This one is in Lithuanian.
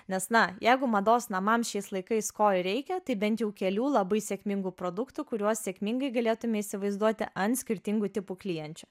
nes na jeigu mados namams šiais laikais ko ir reikia tai bent jau kelių labai sėkmingų produktų kuriuos sėkmingai galėtume įsivaizduoti ant skirtingų tipų klienčių